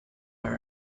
her